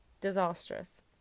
disastrous